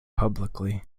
publicly